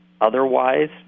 otherwise